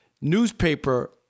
newspaper